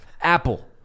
Apple